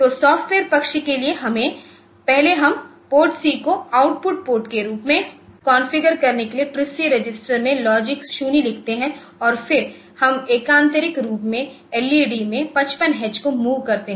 तो सॉफ्टवेयर पक्ष के लिए पहले हम PORTC को आउटपुट पोर्ट के रूप में कॉन्फ़िगर करने के लिए TRISC रजिस्टर में लॉजिक 0 लिखते हैं और फिर हम एकान्तरिक रूप से एल ई डी में 55 एच को मूव करते है